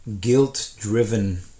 guilt-driven